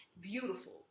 beautiful